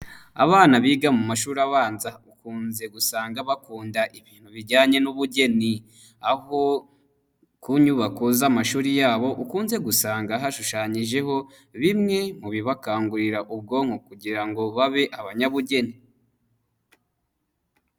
Abana biga mu mashuri abanza, ukunze gusanga bakunda ibintu bijyanye n'ubugeni, aho ku nyubako z'amashuri yabo, ukunze gusanga hashushanyijeho bimwe mu bibakangurira ubwonko kugira ngo babe abanyabugeni.